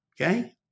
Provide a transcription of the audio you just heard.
okay